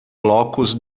blocos